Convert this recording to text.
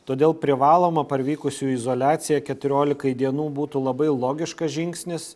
todėl privaloma parvykusiųjų izoliacija keturiolikai dienų būtų labai logiškas žingsnis